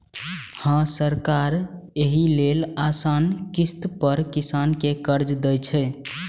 हां, सरकार एहि लेल आसान किस्त पर किसान कें कर्ज दै छै